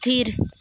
ᱛᱷᱤᱨ